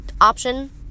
option